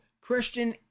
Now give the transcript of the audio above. Christian